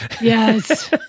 Yes